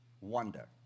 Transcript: wonder